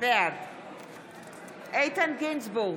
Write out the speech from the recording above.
בעד איתן גינזבורג,